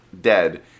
dead